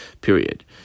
Period